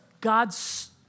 God's